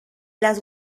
las